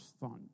fund